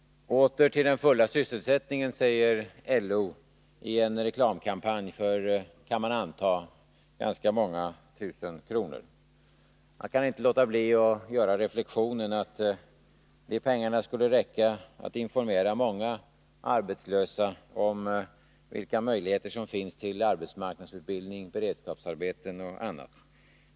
Åter till den fulla sysselsättningen, säger LO i en reklamkampanj för, kan man anta, många tusentals kronor. Jag kan inte låta bli att göra reflexionen att de pengarna skulle räcka till att informera många arbetslösa om möjligheterna till arbetsmarknadsutbildning, beredskapsarbeten etc.